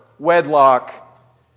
Wedlock